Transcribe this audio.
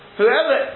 whoever